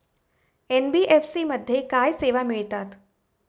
NBFC मध्ये काय सेवा मिळतात?